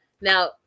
Now